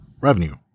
revenue